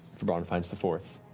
febron finds the fourth.